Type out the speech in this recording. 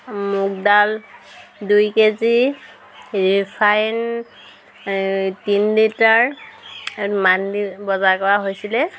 মুগডাল দুই K G refined এই তিন লিটাৰ মান্থলি বজাৰ কৰা হৈছিলে